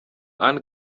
anne